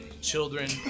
children